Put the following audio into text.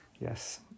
Yes